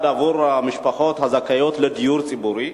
עבור המשפחות הזכאיות לדיור ציבורי?